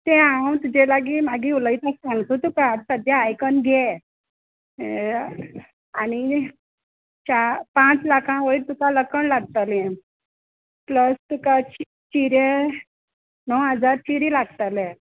तें हांव तुजे लागीं मागीर उलयतां सांगता तुका आतां सद्द्या आयकोन घे आनी चा पांच लाखा वयर तुका लकण लागतलें प्लस तुका चि चिरे णव हजार चिरे लागतले